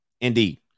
Indeed